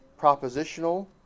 propositional